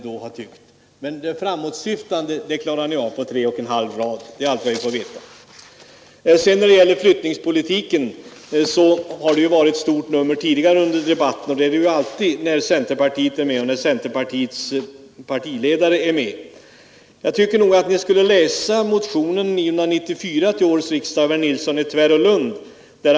Det framåtsyftande har tagit slut! Flyttningspolitiken har varit ett stort nummer tidigare under debatten, och det är den ju alltid när centerpartiet och centerns partiledare är med. Jag tycker ni skulle läsa motion 994 till ärets riksdag av herr Nilsson i Tvärålund m.fl.